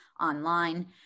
online